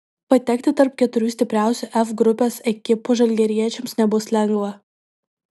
patekti tarp keturių stipriausių f grupės ekipų žalgiriečiams nebus lengva